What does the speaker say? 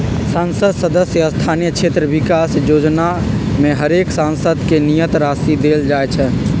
संसद सदस्य स्थानीय क्षेत्र विकास जोजना में हरेक सांसद के नियत राशि देल जाइ छइ